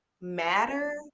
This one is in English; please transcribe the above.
matter